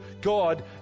God